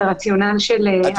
הרציונל של האחריות של נותני שירותים.